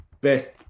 best